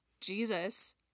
Jesus